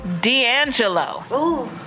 D'Angelo